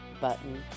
button